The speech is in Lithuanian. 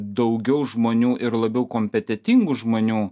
daugiau žmonių ir labiau kompetentingų žmonių